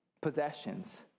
possessions